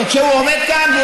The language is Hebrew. וכשהוא עומד כאן,